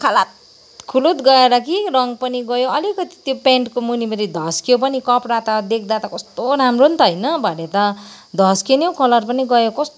खलातखुलुत गएर कि रङ्ग पनि गयो अलिकति त्यो पेन्टको मुनिपट्टि धस्कियो पनि कपडा त देख्दा त कस्तो राम्रो नि त होइन भरे त धस्कियो नि हौ कलर पनि गयो